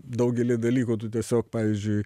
daugelį dalykų tiesiog pavyzdžiui